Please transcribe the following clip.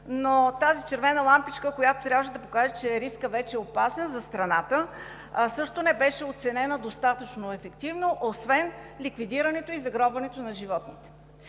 но тази червена лампичка, която трябваше да покаже, че рискът вече е опасен за страната, също не беше оценена достатъчно ефективно, освен ликвидирането и загробването на животните.